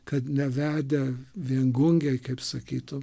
kad nevedę viengungiai kaip sakytum